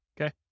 Okay